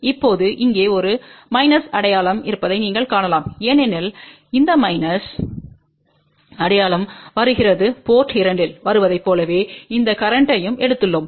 இப்போது இங்கே ஒரு மைனஸ் அடையாளம் இருப்பதை நீங்கள் காணலாம் ஏனெனில் இந்த மைனஸ் அடையாளம் வருகிறது போர்ட் 2 இல் வருவதைப் போலவே இந்த கரேன்ட்த்தையும் எடுத்துள்ளோம்